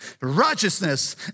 righteousness